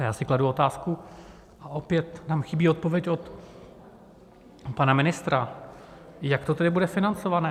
A já si kladu otázku, a opět tam chybí odpověď od pana ministra, jak to tedy bude financované.